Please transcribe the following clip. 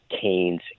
Canes